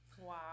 Wow